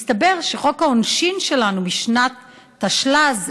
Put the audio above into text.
מסתבר שחוק העונשין שלנו משנת תשל"ז,